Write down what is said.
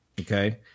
Okay